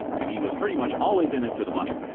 and he was pretty much always in it for the money.